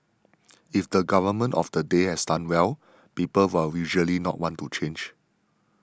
if the government of the day has done well people will usually not want to change